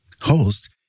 host